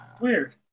Weird